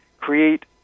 create